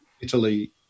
Italy